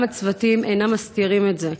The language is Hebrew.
וגם הצוותים אינם מסתירים את זה.